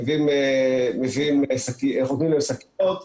נותנים שקיות,